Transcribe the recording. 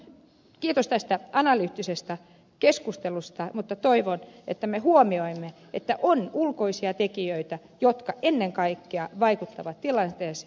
kiitos tästä analyyttisestä keskustelusta mutta toivon että me huomioimme että on ulkoisia tekijöitä jotka ennen kaikkea vaikuttavat tilanteeseen